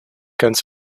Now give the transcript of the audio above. ganz